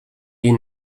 die